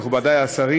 מכובדי השרים,